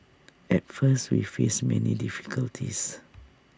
at first we faced many difficulties